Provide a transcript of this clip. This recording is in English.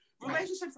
Relationships